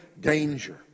danger